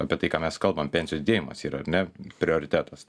apie tai ką mes kalbam pensijų didėjimas yra ar ne prioritetas